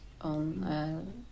on